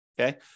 Okay